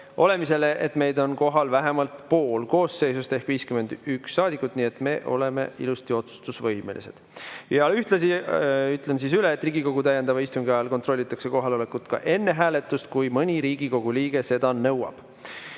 olemiseks, et meid oleks kohal vähemalt pool koosseisust ehk 51 saadikut. Seega oleme ilusti otsustusvõimelised. Ühtlasi ütlen üle, et Riigikogu täiendava istungi ajal kontrollitakse kohalolekut ka enne hääletust, kui mõni Riigikogu liige seda nõuab.